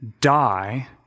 die